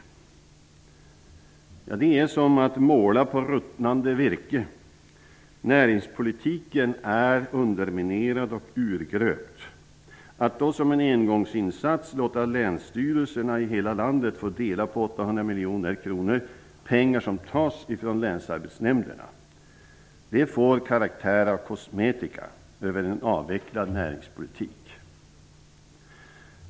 Det är som att måla på ruttnande virke. Näringspolitiken är underminerad och urgröpt. Att då som en engångsinsats låta länsstyrelserna i hela landet få dela på 800 miljoner kronor -- pengar som tas ifrån länsarbetsnämnderna -- får karaktären av kosmetika över en avvecklad näringspolitik.